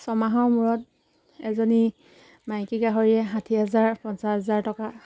ছমাহৰ মূৰত এজনী মাইকী গাহৰিয়ে ষাঠি হাজাৰ পঞ্চাছ হাজাৰ টকা